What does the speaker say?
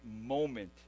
moment